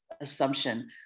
assumption